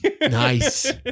Nice